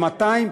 ל-200,